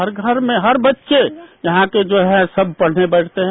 हर घर में हर बच्चे यहां के जो हैं पढ़ने बैठते हैं